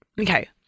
Okay